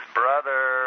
brother